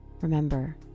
remember